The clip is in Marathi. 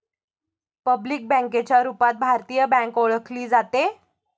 पब्लिक बँकेच्या रूपात भारतीय बँक ओळखली जाते